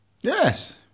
Yes